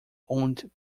owned